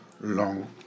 long